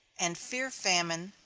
and fear famine,